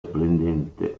splendente